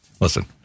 listen